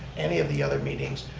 any of the other meetings,